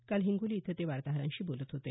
काल हिंगोली इथं ते वार्ताहरांशी बोलत होते